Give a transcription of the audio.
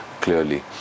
clearly